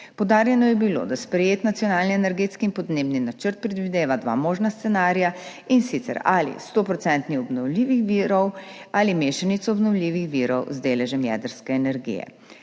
Poudarjeno je bilo, da sprejet Nacionalni energetski in podnebni načrt predvideva dva možna scenarija, in sicer ali 100 % obnovljivih virov ali mešanico obnovljivih virov z deležem jedrske energije.